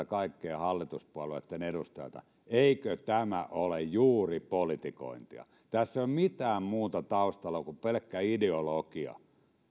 kaikkien hallituspuolueitten edustajilta eikö tämä ole juuri politikointia tässä ei ole mitään muuta taustalla kuin pelkkä ideologia